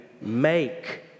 make